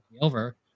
over